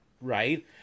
right